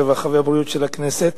הרווחה והבריאות של הכנסת.